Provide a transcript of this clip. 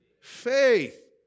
faith